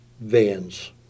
Vans